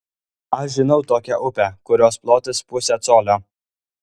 aš žinau tokią upę kurios plotis pusė colio